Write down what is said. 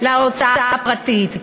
להוצאה הפרטית.